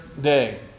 day